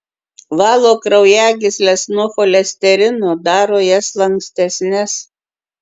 valo kraujagysles nuo cholesterino daro jas lankstesnes